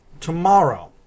Tomorrow